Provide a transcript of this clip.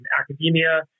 academia